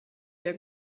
der